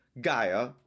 Gaia